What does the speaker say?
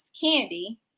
candy